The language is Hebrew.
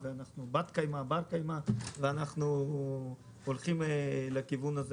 ואנחנו הולכים לכיוון הזה